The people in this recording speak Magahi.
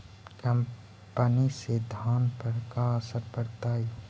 कम पनी से धान पर का असर पड़तायी?